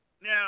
Now